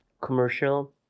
commercial